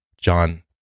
John